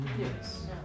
Yes